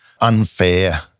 unfair